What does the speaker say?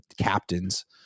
captains